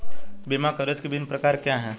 बीमा कवरेज के विभिन्न प्रकार क्या हैं?